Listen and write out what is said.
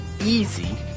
easy